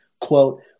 Quote